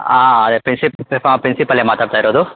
ಆಂ ಪ್ರಿನ್ಸಿಪ್ ಹಾಂ ಪ್ರಿನ್ಸಿಪಲ್ಲೇ ಮಾತಾಡ್ತಾ ಇರೋದು